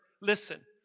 Listen